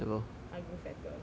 I grew fatter